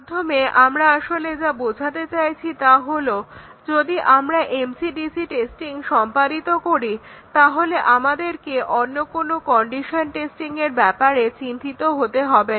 এর মাধ্যমে আমরা আসলে যা বোঝাতে চাইছি তা হলো যদি আমরা MCDC টেস্টিং সম্পাদিত করি তাহলে আমাদেরকে অন্য কোনো কন্ডিশন টেস্টিংয়ের ব্যাপারে চিন্তিত হতে হবে না